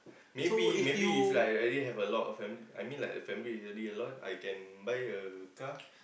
maybe maybe if like really have a lot of family I mean like the family is really a lot I can buy a car